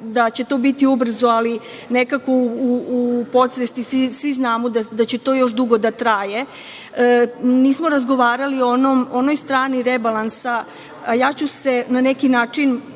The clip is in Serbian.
da će to biti ubrzo, ali nekako u podsvesti svi znamo da će to još dugo da traje. Nismo razgovarali o onoj strani rebalansa. Ja ću se osvrnuti na